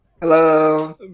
hello